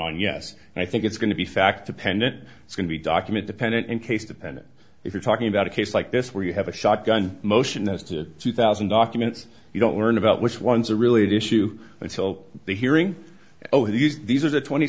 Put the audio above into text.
on yes and i think it's going to be fact dependent it's going to be document dependent and case dependent if you're talking about a case like this where you have a shotgun motion as to two thousand documents you don't learn about which ones are really at issue until the hearing over the these are the twenty